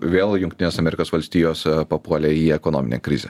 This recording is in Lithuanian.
vėl jungtinės amerikos valstijos papuolė į ekonominę krizę